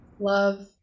Love